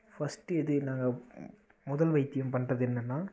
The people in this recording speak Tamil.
ஃபர்ஸ்ட்டு எது நாங்கள் முதல் வைத்தியம் பண்ணுறது என்னென்னா